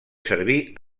servir